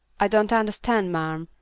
i don't understand, marm,